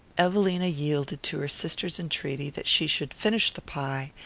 evelina yielded to her sister's entreaty that she should finish the pie,